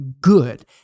good